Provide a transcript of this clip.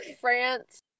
France